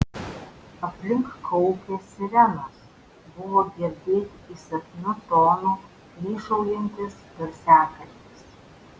aplink kaukė sirenos buvo girdėti įsakmiu tonu plyšaujantis garsiakalbis